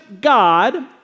God